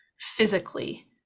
physically